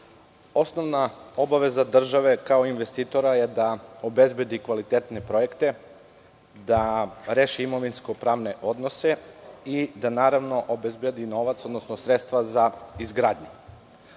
osnovna obaveza države kao investitora jeste da obezbedi kvalitetne projekte, da reši imovinsko-pravne odnose i da obezbedi novac, odnosno sredstva za izgradnju. Oni